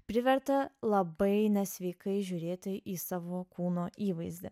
privertė labai nesveikai žiūrėti į savo kūno įvaizdį